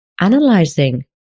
analyzing